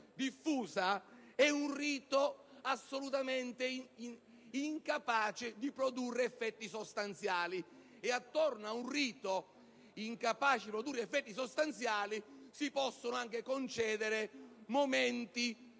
diffusa è un rito assolutamente incapace di produrre effetti sostanziali, e attorno a un rito incapace di produrre effetti sostanziali si possono anche concedere momenti